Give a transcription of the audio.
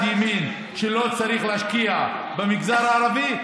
ימין חושב שלא צריך להשקיע במגזר הערבי,